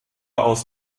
aus